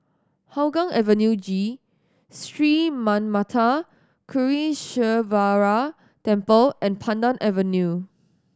Hougang Avenue G Sri Manmatha Karuneshvarar Temple and Pandan Avenue